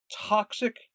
toxic